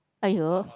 aiyoh